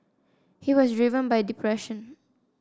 he was driven by depression